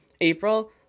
April